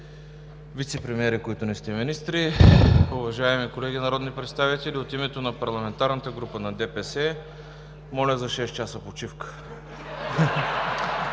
вицепремиери, които не сте министри, уважаеми колеги народни представители! От името на Парламентарната група на ДПС моля за шест часа почивка.